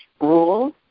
rules